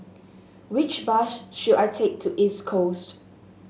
which bus should I take to East Coast